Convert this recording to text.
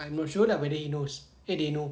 I'm not sure lah whether he knows eh they know